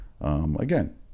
Again